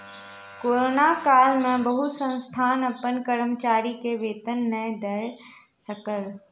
corona काल में बहुत संस्थान अपन कर्मचारी के वेतन नै दय सकल